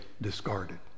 discarded